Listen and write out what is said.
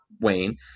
Wayne